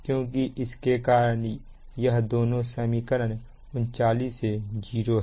क्योंकि इसके कारण यह दोनों समीकरण 39 से 0 है